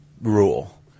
rule